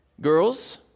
Girls